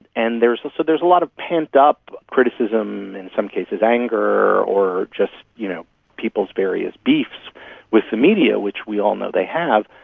and ah so there's a lot of pent-up criticism, in some cases anger, or just you know people's various beefs with the media, which we all know they have.